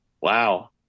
wow